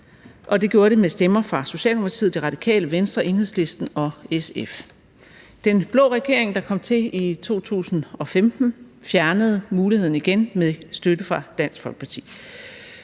det gjorde det med stemmer fra Socialdemokratiet, Det Radikale Venstre, Enhedslisten og SF. Den blå regering, der kom til i 2015, fjernede muligheden igen med støtte fra Dansk Folkeparti.